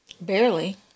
Barely